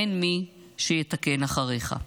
אין מי שיתקן אחריך'".